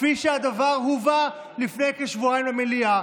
כפי שהדבר הובא לפני כשבועיים למליאה.